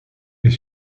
est